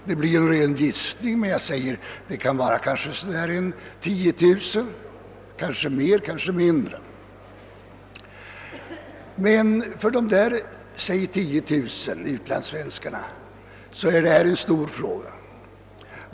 Kanske är det 10 000, kanske fler, kanske färre, det blir en ren gissning. Men för dessa säg 10000 utlandssvenskar är det en stor fråga.